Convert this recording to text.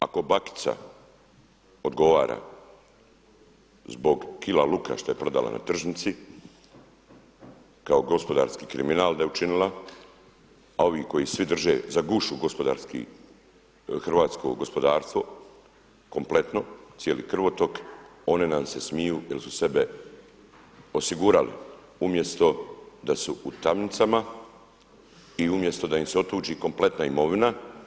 Zato još jednom ako bakica odgovara zbog kila luka što je prodala na tržnici kao gospodarski kriminal da je učinila a ovi koji svi drže za gušu hrvatsko gospodarstvo, kompletno, cijeli krvotok, oni nam se smiju jer su sebe osigurali umjesto da su u tamnicama i umjesto da im se otuđi kompletna imovina.